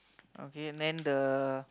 okay then the